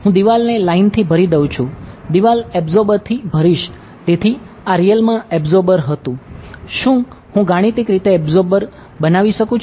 હું દિવાલને લાઇન થી ભરી દઉં છું દીવાલ એબ્સોર્બર બનાવી શકું છું